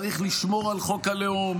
צריך לשמור על חוק הלאום,